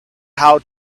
how